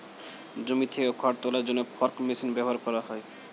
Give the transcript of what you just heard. জমি থেকে খড় তোলার জন্য ফর্ক মেশিন ব্যবহার করা হয়